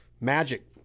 Magic